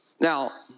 Now